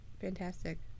Fantastic